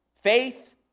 faith